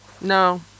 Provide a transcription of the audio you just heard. No